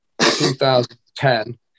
2010